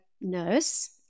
nurse